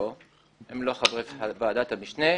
לא, הם לא חברי ועדת המשנה.